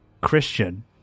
Christian